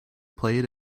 played